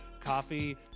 coffee